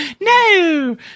No